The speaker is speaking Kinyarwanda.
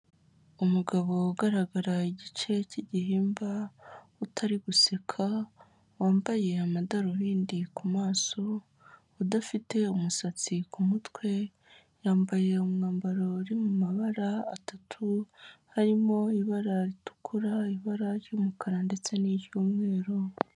Umugabo ugaragara igice cy'igihimba, utari guseka, wambaye amadarubindi ku maso, udafite umusatsi ku mutwe, yambaye umwambaro uri mu mabara atatu, harimo ibara ritukura, ibara ry'umukara ndetse n'iry'umweru.